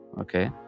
okay